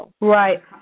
Right